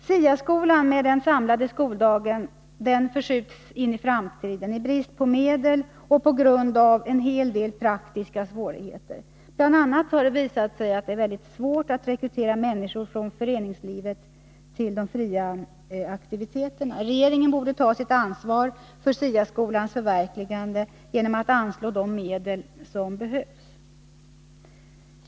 SIA-skolan med den samlade skoldagen förskjuts in i framtiden i brist på medel och på grund av en hel del praktiska svårigheter. Bl. a. har det visat sig vara svårt att rekrytera människor från föreningslivet för de fria aktiviteterna. Regeringen borde ta sitt ansvar för SIA-skolans förverkligande genom att anslå de medel som behövs.